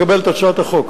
לקבל את הצעת החוק.